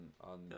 on